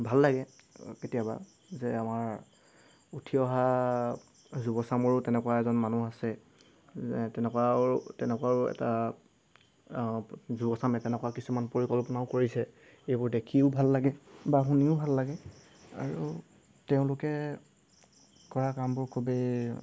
ভাল লাগে কেতিয়াবা যে আমাৰ উঠি অহা যুৱচামৰো তেনেকুৱা এজন মানুহ আছে তেনেকুৱা আৰু তেনেকুৱা আৰু এটা যুৱচামে তেনেকুৱা কিছুমান পৰিকল্পনাও কৰিছে এইবোৰ দেখিও ভাল লাগে বা শুনিও ভাল লাগে আৰু তেওঁলোকে কৰা কামবোৰ খুবেই